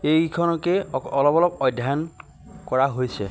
এইকিখনকে অলপ অলপ অধ্যয়ন কৰা হৈছে